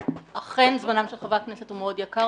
אכן זמנם של חברי הכנסת הוא מאוד יקר,